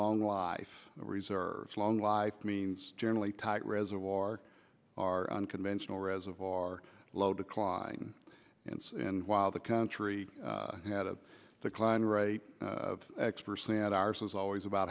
long life reserves long life means generally tight reservoir our unconventional reservoir low decline and while the country had a decline rate of x percent ours was always about